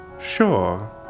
sure